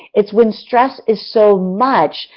it's when stress is so much,